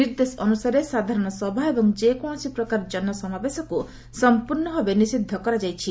ନିର୍ଦ୍ଦେଶ ଅନୁସାରେ ସାଧାରଣସଭା ଏବଂ ଯେକୌଣସିପ୍ରକାର ଜନସମାବେଶକୁ ସଂପୂର୍ଣ୍ଣ ଭାବେ ନିଷିଦ୍ଧ କରାଯାଇଛି